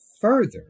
further